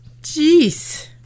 Jeez